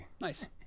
Nice